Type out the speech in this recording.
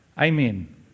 Amen